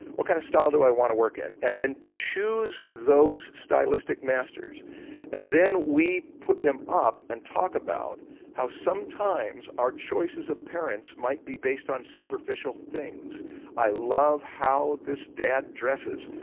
what kind of style do i want to work in? and then choose those stylistic masters and then we put them up and talk about how sometimes our choices of parents might be based on superficial things i love how this dad dresses,